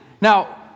Now